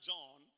John